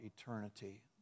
eternity